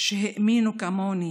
שהאמינו כמוני